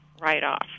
write-off